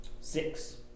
Six